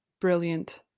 Brilliant